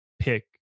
pick